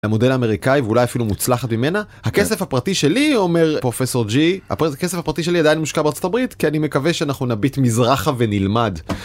המודל האמריקאי ואולי אפילו מוצלחת ממנה. הכסף הפרטי שלי אומר פרופסור ג'י, הכסף הפרטי שלי עדיין מושקע בארצות הברית כי אני מקווה שאנחנו נביט מזרחה ונלמד.